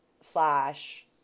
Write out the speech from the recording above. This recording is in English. slash